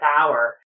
power